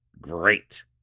Great